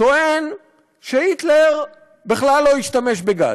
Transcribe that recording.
טוען שהיטלר בכלל לא השתמש בגז,